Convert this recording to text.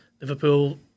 Liverpool